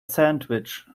sandwich